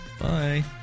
Bye